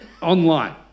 online